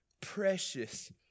precious